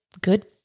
good